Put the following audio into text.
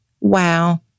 Wow